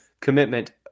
commitment